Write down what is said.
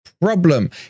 Problem